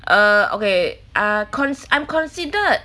err okay ah cons~ I'm considered